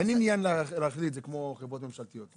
אין עניין להחיל את זה כמו חברות ממשלתיות.